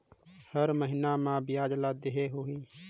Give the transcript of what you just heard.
हर महीना मा ब्याज ला देहे होही?